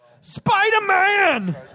Spider-Man